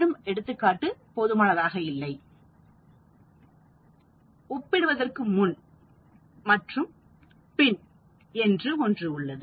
இன்னும் எடுத்துக்காட்டு போதுமானதாக இல்லை ஒப்பிடுவதற்கு முன் மற்றும் பின் என்று ஒன்று உள்ளது